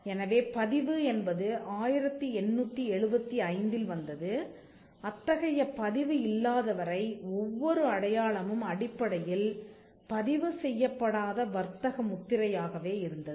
எனவே பதிவு என்பது 1875 இல் வந்தது அத்தகைய பதிவு இல்லாத வரை ஒவ்வொரு அடையாளமும் அடிப்படையில் பதிவு செய்யப்படாத வர்த்தக முத்திரையாகவே இருந்தது